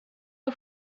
och